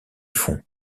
fond